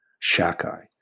shakai